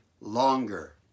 longer